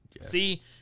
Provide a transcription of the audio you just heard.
See